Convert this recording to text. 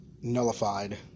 nullified